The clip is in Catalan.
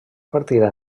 partida